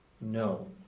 no